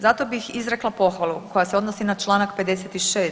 Zato bih izrekla pohvalu koja se odnosi na Članak 56.